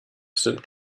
sind